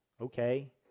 Okay